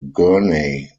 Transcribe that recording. gurney